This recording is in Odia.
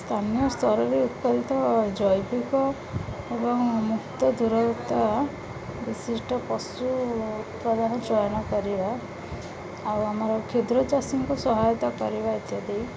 ସ୍ଥାନୀୟ ସ୍ତରରେ ଉତ୍ପାଦିତ ଜୈବିକ ଏବଂ ମୁକ୍ତ ଦୂରତା ବିଶିଷ୍ଟ ପଶୁ ଉତ୍ପାଦ ଚୟନ କରିବା ଆଉ ଆମର କ୍ଷୁଦ୍ର ଚାଷୀଙ୍କୁ ସହାୟତା କରିବା ଇତ୍ୟାଦି